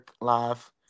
live